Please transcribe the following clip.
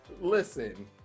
Listen